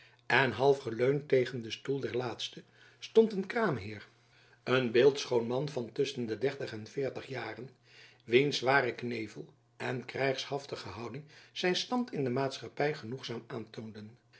en half geleund tegen den stoel dezer laatste stond de kraamheer een beeldschoon man van tusschen de dertig en veertig jaren wiens zware knevel en krijgshaftige houding zijn stand in de maatschappy genoegzaam aantoonden